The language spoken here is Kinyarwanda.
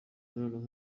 imibonano